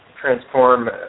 transform